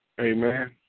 Amen